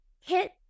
hit